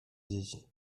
dzieci